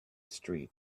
street